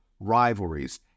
rivalries